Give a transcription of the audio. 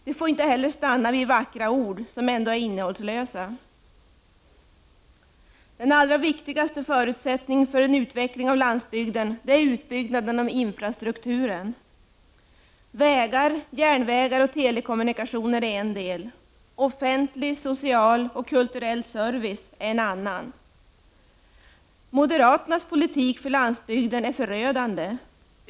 Det får inte heller stanna vid vackra men innehållslösa ord. Den kanske viktigaste förutsättningen för en utveckling av landsbygden är att vi får en utbyggnad av infrastrukturen. Vägar, järnvägar och telekommunikationer är en del. Offentlig, social och kulturell service är en annan del. Moderaternas politik i detta sammanhang är förödande för landsbygden.